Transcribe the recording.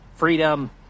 Freedom